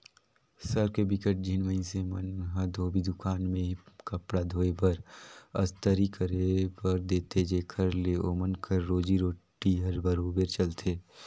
सहर के बिकट झिन मइनसे मन ह धोबी दुकान में ही कपड़ा धोए बर, अस्तरी करे बर देथे जेखर ले ओमन कर रोजी रोटी हर बरोबेर चलथे